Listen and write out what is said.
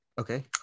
Okay